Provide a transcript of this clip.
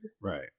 right